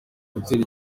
gutera